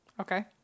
Okay